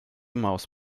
maus